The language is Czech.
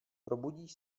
probudíš